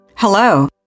Hello